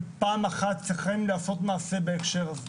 ופעם אחת צריך לעשות מעשה בהקשר הזה.